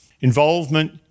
involvement